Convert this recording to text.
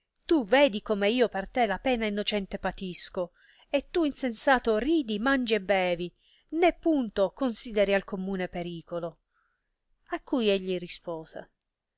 tu vedi come io per te la pena innocentemente patisco e tu insensato ridi mangi e bevi né punto consideri al commune pericolo a cui egli rispose